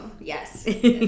Yes